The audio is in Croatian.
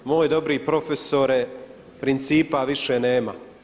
Moj dobri profesore, principa više nema!